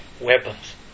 weapons